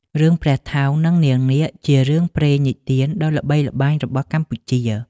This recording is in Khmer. រឿង ព្រះថោង និងនាងនាគ ជារឿងព្រេងនិទានដ៏ល្បីល្បាញរបស់កម្ពុជា។